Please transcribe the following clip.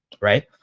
Right